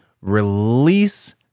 release